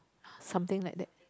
something like that